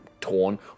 torn